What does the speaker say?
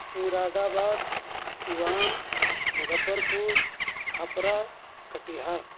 مراد آباد سیوان مظفر پور چھپرہ کٹیہار